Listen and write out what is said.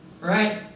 Right